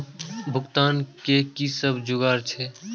भुगतान के कि सब जुगार छे?